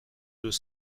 deux